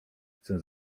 chcę